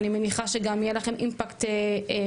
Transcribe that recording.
אני מניחה שגם יהיה לכם אימפקט מנגד.